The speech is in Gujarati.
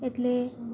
એટલે